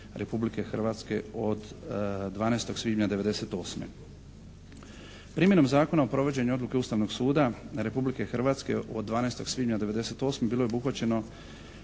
Hrvatske od 12. svibnja 1998. Primjenom Zakona o provođenju Odluke Ustavnog suda Republike Hrvatske od 12. svibnja 1998. bilo je obuhvaćeno